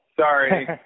Sorry